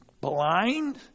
blind